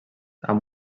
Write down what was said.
amb